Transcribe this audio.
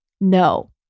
No